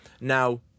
Now